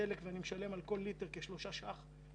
המכסים וזה שאני נכנס לתחנת הדלק ומשלם על כל ליטר כשלושה ש"ח בלו.